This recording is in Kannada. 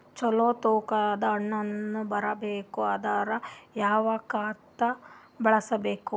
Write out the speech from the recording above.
ಚಲೋ ತೂಕ ದ ಹಣ್ಣನ್ನು ಬರಬೇಕು ಅಂದರ ಯಾವ ಖಾತಾ ಬಳಸಬೇಕು?